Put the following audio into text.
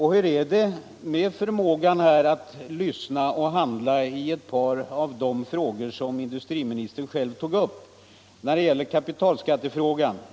Hur är det med förmågan att lyssna och handla i ett par av de frågor som industriministern själv tog upp?